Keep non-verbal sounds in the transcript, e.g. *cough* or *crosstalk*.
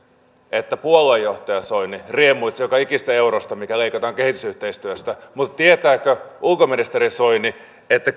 että puoluejohtaja soini riemuitsee joka ikisestä eurosta mikä leikataan kehitysyhteistyöstä mutta tietääkö ulkoministeri soini että *unintelligible*